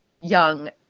young